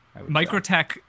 Microtech